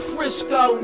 Frisco